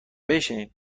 بشینین